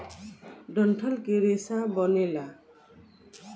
डंठल के रेसा बनेला